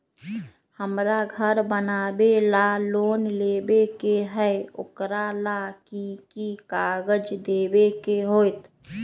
हमरा घर बनाबे ला लोन लेबे के है, ओकरा ला कि कि काग़ज देबे के होयत?